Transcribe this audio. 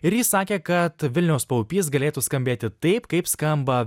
ir jis sakė kad vilniaus paupys galėtų skambėti taip kaip skamba